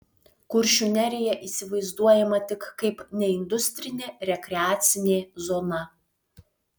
kuršių nerija įsivaizduojama tik kaip neindustrinė rekreacinė zona